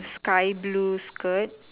sky blue skirt